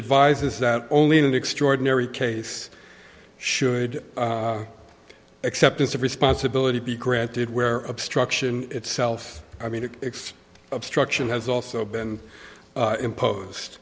advises that only in an extraordinary case should acceptance of responsibility be granted where obstruction itself i mean it's obstruction has also been impose